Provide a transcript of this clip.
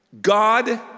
God